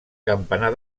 campanar